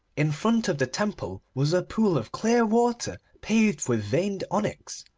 in front of the temple was a pool of clear water paved with veined onyx.